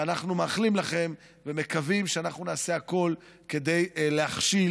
ואנחנו מאחלים לכם ומקווים שאנחנו נעשה הכול כדי להכשיל